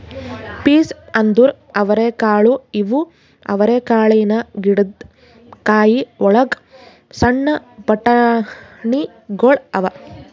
piece ಅಂದುರ್ ಅವರೆಕಾಳು ಇವು ಅವರೆಕಾಳಿನ ಗಿಡದ್ ಕಾಯಿ ಒಳಗ್ ಸಣ್ಣ ಬಟಾಣಿಗೊಳ್ ಅವಾ